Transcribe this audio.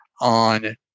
on